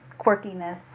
quirkiness